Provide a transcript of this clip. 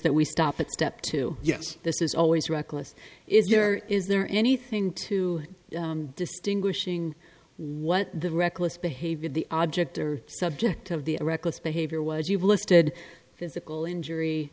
that we stop at step two yes this is always reckless is there is there anything to distinguishing what the reckless behavior the object or subject of the reckless behavior was you've listed physical injury